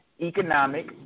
economic